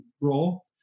role